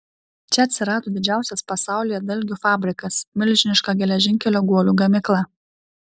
čia atsirado didžiausias pasaulyje dalgių fabrikas milžiniška geležinkelio guolių gamykla